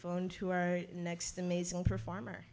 phone to our next amazing performer